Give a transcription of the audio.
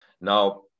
Now